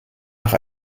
nach